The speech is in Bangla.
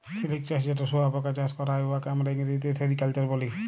সিলিক চাষ যেট শুঁয়াপকা চাষ ক্যরা হ্যয়, উয়াকে আমরা ইংরেজিতে সেরিকালচার ব্যলি